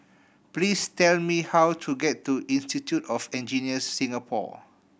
please tell me how to get to Institute of Engineers Singapore